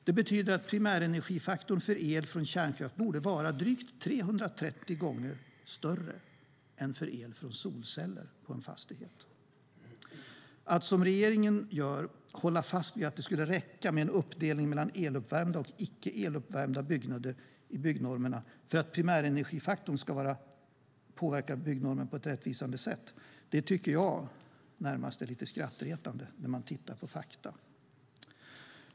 Det betyder att primärenergifaktorn för el från kärnkraft borde vara drygt 330 gånger större än för el från solceller på en fastighet. Att, som regeringen gör, hålla fast vid att det räcker med en uppdelning mellan eluppvärmda och icke eluppvärmda byggnader i byggnormerna för att primärenergifaktorn ska påverka byggnormen på ett rättvisande sätt tycker jag närmast är lite skrattretande när man tittar på fakta.